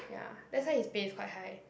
ya that's why his pay is quite high